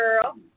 girl